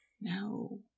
No